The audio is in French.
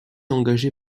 engagée